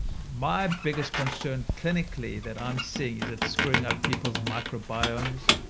my biggest concern clinically that i'm seeing is it's screwing up people's microbiomes.